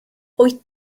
wyt